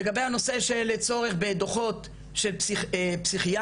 לגבי הנושא של צורך בדוחות של פסיכיאטרים,